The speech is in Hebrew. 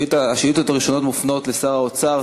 השאילתות הראשונות מופנות לשר האוצר.